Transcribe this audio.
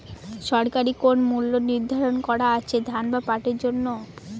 সরকারি কোন মূল্য নিধারন করা আছে ধান বা পাটের জন্য?